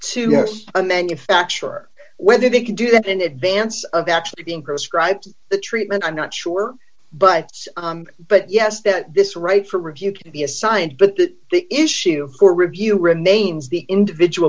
to have a manufacturer whether they can do that in advance of actually being prescribed the treatment i'm not sure but but yes that this right for review can be assigned but that the issue of court review remains the individual